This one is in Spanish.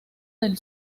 del